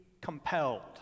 compelled